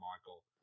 Michael